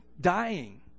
dying